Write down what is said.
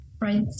Right